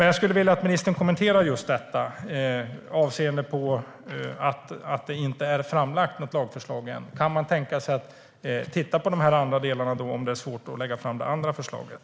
Jag skulle vilja att ministern kommenterar frågan avseende att något lagförslag inte har lagts fram än. Går det att titta på de andra delarna om det är svårt att lägga fram förslaget?